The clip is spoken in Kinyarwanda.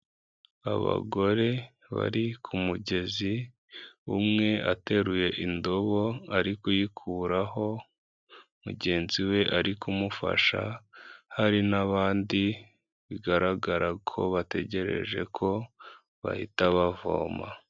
Abagore bari ku mugezi, umwe ateruye indobo ari kuyikuraho, mugenzi we ari kumufasha, hari n'abandi bigaragara ko bategereje ko bahita bavoma.